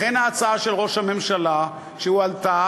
לכן ההצעה של ראש הממשלה שהועלתה,